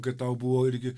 kai tau buvo irgi